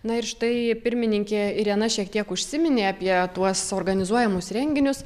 na ir štai pirmininkė irena šiek tiek užsiminė apie tuos organizuojamus renginius